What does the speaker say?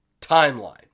timeline